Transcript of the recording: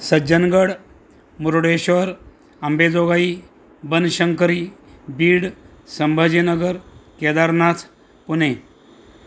Sajjangad Murudeshwar Ambejogai Banashankari Beed Sambhajinagar Kedarnath Pune